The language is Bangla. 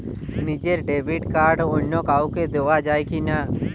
নিজের ডেবিট কার্ড অন্য কাউকে দেওয়া যায় কি না?